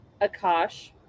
Akash